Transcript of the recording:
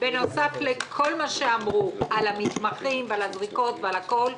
בנוסף לכל מה שאמרו על המתמחים ועל הכול,